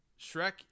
shrek